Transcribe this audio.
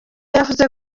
yavuze